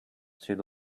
through